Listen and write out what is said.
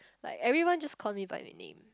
like everyone just call me by the name